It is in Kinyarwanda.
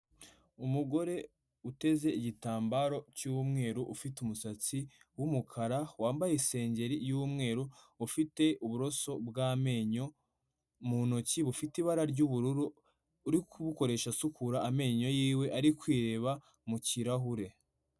Umugore uteze igitambaro cy'umweru ufite umusatsi w'umukara wambaye isengeri y'umweru, ufite uburoso bw'amenyo mu ntoki bufite ibara ry'ubururu, uri kubukoresha asukura amenyo y'iwe ari kwireba mu kirahure.